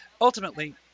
ultimately